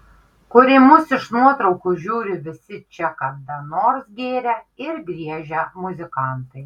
kur į mus iš nuotraukų žiūri visi čia kada nors gėrę ir griežę muzikantai